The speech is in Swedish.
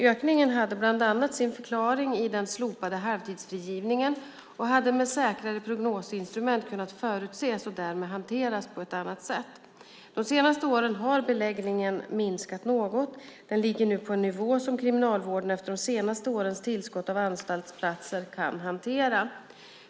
Ökningen hade bland annat sin förklaring i den slopade halvtidsfrigivningen och hade med säkrare prognosinstrument kunnat förutses och därmed hanteras på ett annat sätt. De senaste åren har beläggningen minskat något. Den ligger nu på en nivå som Kriminalvården efter de senaste årens tillskott av anstaltsplatser kan hantera.